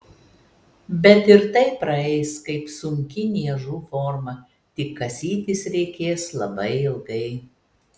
bet ir tai praeis kaip sunki niežų forma tik kasytis reikės labai ilgai